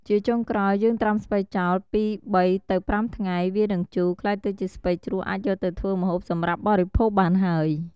ជាចុងក្រោយយេីងត្រាំស្ពៃចោល ពីបីទៅប្រាំថ្ងៃ វានឹងជូរ ក្លាយទៅជាជ្រក់ស្ពៃអាចយកទៅធ្វើម្ហូបសម្រាប់បរិភោគបានហើយ។